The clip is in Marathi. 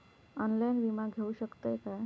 ऑनलाइन विमा घेऊ शकतय का?